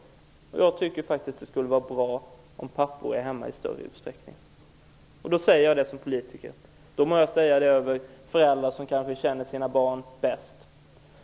Jag tycker faktiskt att det skulle vara bra om pappor var hemma i större utsträckning. Då säger jag det som politiker. Det må jag säga över huvudet på föräldrar som kanske känner sina barn bäst.